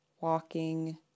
walking